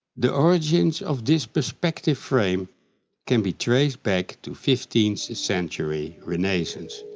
the origins of this perspective frame can be traced back to fifteenth century renaissance.